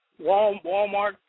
Walmart